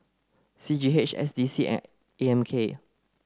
C G H S D C and A M K